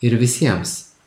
ir visiems